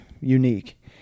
unique